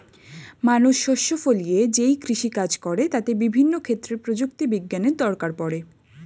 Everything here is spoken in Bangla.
মানুষ শস্য ফলিয়ে যেই কৃষি কাজ করে তাতে বিভিন্ন ক্ষেত্রে প্রযুক্তি বিজ্ঞানের দরকার পড়ে